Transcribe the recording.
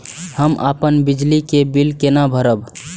हम अपन बिजली के बिल केना भरब?